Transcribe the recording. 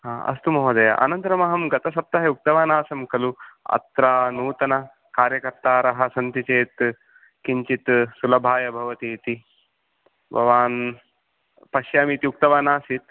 हा अस्तु महोदय अनन्तरम् अहं गतसप्ताहे उक्तवान् आसं खलु अत्र नूतनकार्यकर्तारः सन्ति चेत् किञ्चित् सुलभाय भवति इति भवान् पश्यामि इति उक्तवान् आसीत्